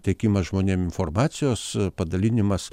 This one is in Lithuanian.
teikimas žmonėm informacijos padalinimas